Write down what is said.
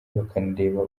bakanareba